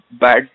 bad